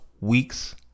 weeks